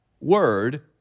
word